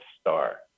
Star